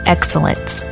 Excellence